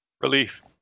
relief